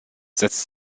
setzt